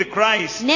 Christ